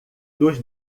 dos